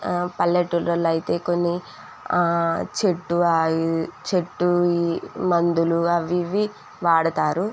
పల్లెటూళ్ళల్లో అయితే కొన్ని చెట్టు చెట్టువి మందులు అవి ఇవి వాడుతారు